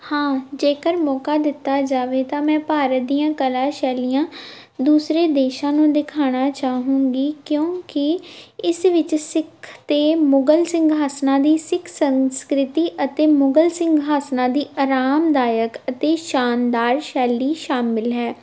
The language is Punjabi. ਹਾਂ ਜੇਕਰ ਮੌਕਾ ਦਿੱਤਾ ਜਾਵੇ ਤਾਂ ਮੈਂ ਭਾਰਤ ਦੀਆਂ ਕਲਾ ਸ਼ੈਲੀਆਂ ਦੂਸਰੇ ਦੇਸ਼ਾਂ ਨੂੰ ਦਿਖਾਣਾ ਚਾਹੂੰਗੀ ਕਿਉਂਕਿ ਇਸ ਵਿੱਚ ਸਿੱਖ ਅਤੇ ਮੁਗ਼ਲ ਸਿੰਘਾਸਨਾਂ ਦੀ ਸਿੱਖ ਸੰਸਕ੍ਰਿਤੀ ਅਤੇ ਮੁਗ਼ਲ ਸਿੰਘਾਸਨਾਂ ਦੀ ਆਰਾਮਦਾਇਕ ਅਤੇ ਸ਼ਾਨਦਾਰ ਸ਼ੈਲੀ ਸ਼ਾਮਿਲ ਹੈ